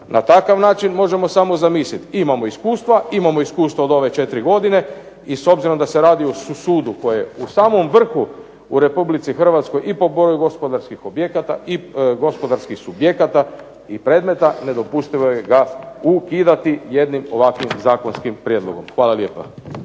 na takav način možemo samo zamisliti. Imamo iskustva, imamo iskustva od ove 4 godine i s obzirom da se radi o sudu koji je u samom vrhu u RH i po broju gospodarskih objekata i gospodarskih subjekata i predmeta nedopustiva je ga ukidati jednim ovakvim zakonskim prijedlogom. Hvala lijepa.